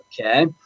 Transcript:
Okay